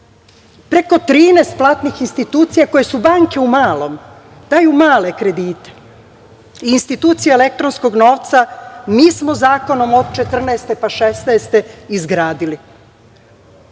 Preko 13 platnih institucija koje su banke u malom, daju male kredite i institucija elektronskog novca, mi smo zakonom od 2014, pa 2016. izgradili. Viza